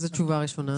זאת תשובה ראשונה.